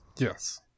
Yes